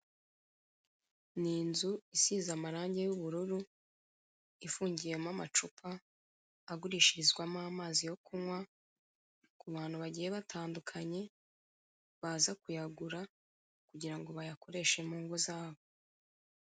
Ni inzu isize amarange y'ubururu ifungiyemo amacupa agurishirizwamo amazi yo kunywa ku bantu bagiye batandukanye, baza kuyagura kugira ngo bayakoreshe mu ngo zabo.